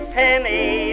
penny